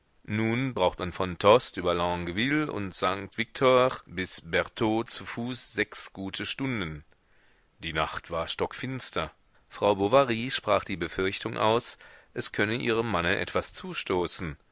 nun braucht man von tostes über longueville und sankt victor bis bertaux zu fuß sechs gute stunden die nacht war stockfinster frau bovary sprach die befürchtung aus es könne ihrem manne etwas zustoßen